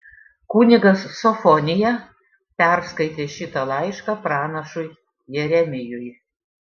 kunigas sofonija perskaitė šitą laišką pranašui jeremijui